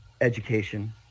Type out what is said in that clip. education